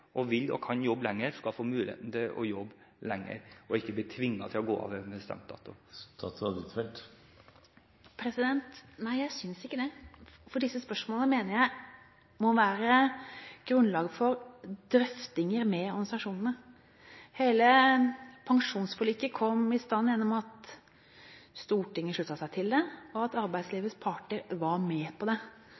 ønsker, vil og kan jobbe lenger, skal få muligheten til å jobbe lenger og ikke bli tvunget til å gå av ved en bestemt dato? Nei, jeg synes ikke det, for disse spørsmålene mener jeg må være grunnlag for drøftinger med organisasjonene. Hele pensjonsforliket kom i stand gjennom at Stortinget sluttet seg til det, og at arbeidslivets parter var med på det.